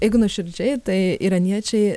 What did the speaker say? jeigu nuoširdžiai tai iraniečiai